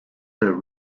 her